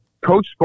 Coach